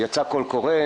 יצא קול קורא,